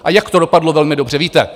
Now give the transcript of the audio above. A jak to dopadlo, velmi dobře víte.